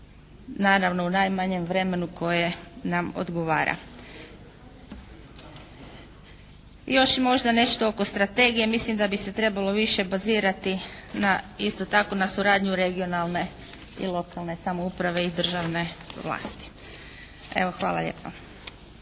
naravno, u najmanjem vremenu koje nam odgovara. I još možda nešto oko strategije. Mislim da bi se trebao više bazirati na isto tako na suradnju regionalne i lokalne samouprave i državne vlasti. Evo, hvala lijepa.